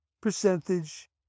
percentage